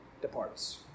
departs